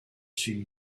she